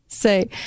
say